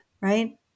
right